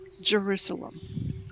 Jerusalem